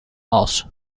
aus